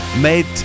made